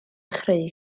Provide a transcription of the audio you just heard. chreu